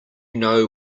know